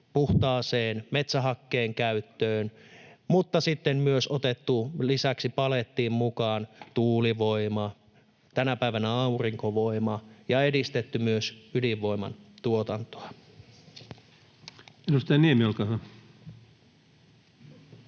puhtaan metsähakkeen käyttöön, mutta sitten myös otettu lisäksi palettiin mukaan tuulivoima, tänä päivänä aurinkovoima, ja edistetty myös ydinvoiman tuotantoa. Edustaja Niemi, olkaa hyvä.